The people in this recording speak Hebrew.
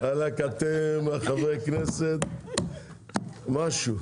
וואלק אתם, חברי הכנסת משהו.